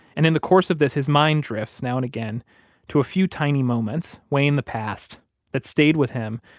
and in the course of this, his mind drifts now and again to a few tiny moments way in the past that stayed with him,